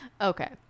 Okay